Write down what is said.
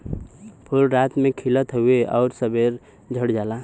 फूल रात में खिलत हउवे आउर सबेरे झड़ जाला